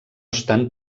estan